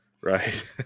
Right